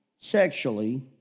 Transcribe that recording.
sexually